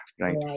Right